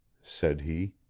said he.